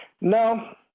No